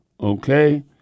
Okay